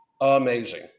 amazing